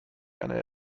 eine